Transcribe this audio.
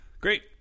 Great